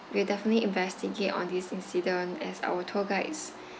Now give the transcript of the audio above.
we'll definitely investigate on this incident as our tour guides